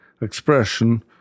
expression